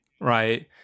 right